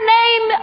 name